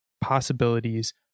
possibilities